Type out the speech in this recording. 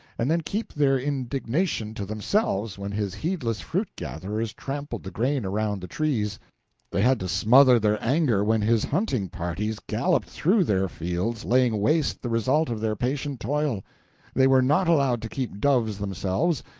and then keep their indignation to themselves when his heedless fruit-gatherers trampled the grain around the trees they had to smother their anger when his hunting parties galloped through their fields laying waste the result of their patient toil they were not allowed to keep doves themselves,